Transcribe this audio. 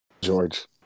george